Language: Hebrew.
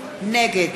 נגד